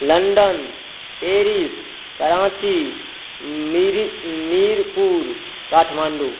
London Paris Karachi Mirpur Kathmandu